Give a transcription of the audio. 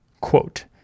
Quote